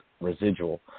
residual